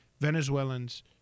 Venezuelans